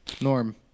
norm